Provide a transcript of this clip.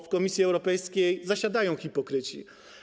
W Komisji Europejskiej zasiadają hipokryci.